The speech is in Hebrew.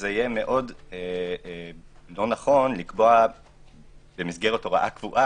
שיהיה מאוד לא נכון לקבוע במסגרת הוראה קבועה